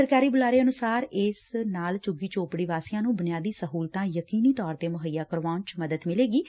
ਸਰਕਾਰੀ ਬੂਲਾਰੇ ਅਨੁਸਾਰ ਇਸ ਨਾਲ ਝੁੱਗੀ ਝੌਪੜੀ ਵਾਸੀਆਂ ਨੂੰ ਬੂਨਿਆਦੀ ਸਹੂਲਤਾਂ ਯਕੀਨੀ ਤੌਰ ਤੇ ਮੁਹੱਈਆ ਕਰਾਉਣ ਚ ਮਦਦ ਮਿਲੇਗੀ